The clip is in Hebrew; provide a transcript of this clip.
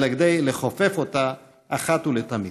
אלא כדי לכופף אותה אחת ולתמיד.